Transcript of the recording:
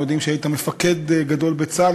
הם יודעים שהיית מפקד גדול בצה"ל,